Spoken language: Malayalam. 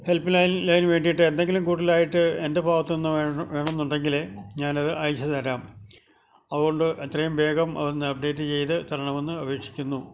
ഹെല്പ് ലൈൻ ലൈനു വേണ്ടിട്ട് എന്തെങ്കിലും കൂടുതലയിട്ട് എൻ്റെ ഭാഗത്തെന്ന് വേണമെന്നുണ്ടെങ്കിൽ ഞാനത് അയച്ച് തരാം അതുകൊണ്ട് എത്രയും വേഗം അതൊന്ന് അപ്ഡേറ്റ് ചെയ്ത് തരണമെന്ന് അപേക്ഷിക്കുന്നു